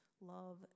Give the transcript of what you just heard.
Love